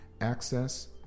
access